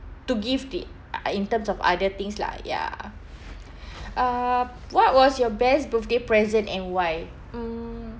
to give the uh in terms of other things lah ya uh what was your best birthday present and why mm